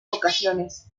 ocasiones